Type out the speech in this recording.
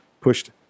pushed